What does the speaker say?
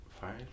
five